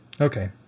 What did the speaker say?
Okay